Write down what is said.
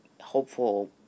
hopeful